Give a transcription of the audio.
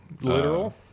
literal